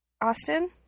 Austin